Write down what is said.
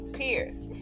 peers